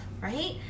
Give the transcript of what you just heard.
right